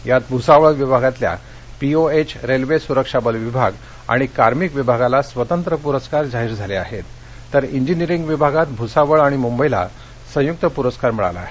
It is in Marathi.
यात भुसावळ विभागातल्या पीओएच रेल्वे सुरक्षा बल विभाग आणि कार्मिक विभागाला स्वतंत्र पुरस्कार जाहीर झाले आहेत तर इंजिनिअरिंग विभागात भुसावळ आणि मुंबईला संयुक्त पुरस्कार मिळाला आहे